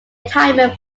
retirement